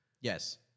Yes